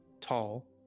tall